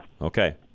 Okay